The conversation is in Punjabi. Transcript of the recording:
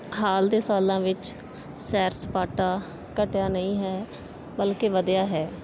ਹਾਲ ਦੇ ਸਾਲਾਂ ਵਿੱਚ ਸੈਰ ਸਪਾਟਾ ਘਟਿਆ ਨਹੀਂ ਹੈ ਬਲਕਿ ਵਧਿਆ ਹੈ